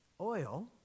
Oil